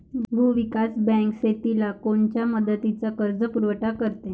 भूविकास बँक शेतीला कोनच्या मुदतीचा कर्जपुरवठा करते?